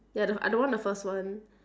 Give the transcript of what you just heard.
ya the I don't want the first one